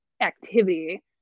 activity